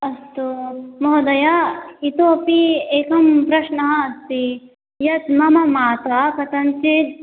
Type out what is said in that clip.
अस्तु महोदय इतोपि एकः प्रश्नः अस्ति यत् मम माता कथञ्चित्